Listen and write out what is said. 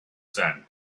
sand